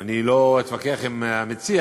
אני לא אתווכח עם המציע,